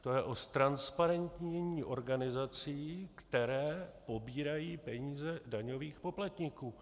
To je o ztransparentnění organizací, které pobírají peníze daňových poplatníků.